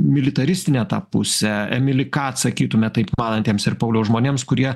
militaristinę tą pusę emili ką atsakytumėt taip manantiems ir pauliau žmonėms kurie